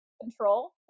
control